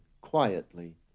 quietly